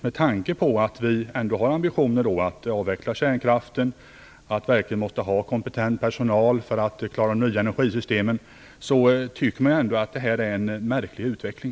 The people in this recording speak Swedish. Med tanke på att det finns en ambition att kärnkraften skall avvecklas, att det måste finnas kompetent personal för att man skall klara av de nya energisystemen, är detta en märklig utveckling.